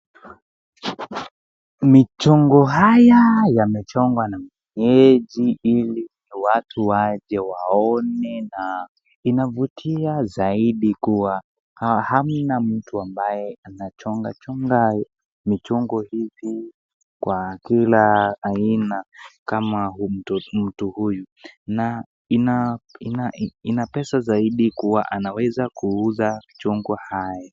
Michongo haya yamechongwa na mwenyeji ili watu waje waone na inavutia zaidi kuwa hamna mtu ambaye anachonga chonga michongo hizi kwa kila aina kama mtu huyu na ina pesa zaidi kuwa anaweza kuuza michongo haya.